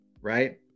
right